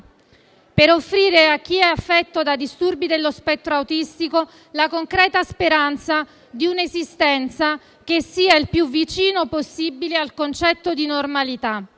per offrire a chi è affetto da disturbi dello spettro autistico la concreta speranza di un'esistenza che sia il più vicino possibile al concetto di normalità.